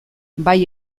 bai